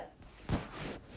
mmhmm